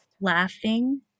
laughing